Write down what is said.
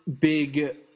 big